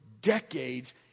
decades